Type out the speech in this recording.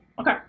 Okay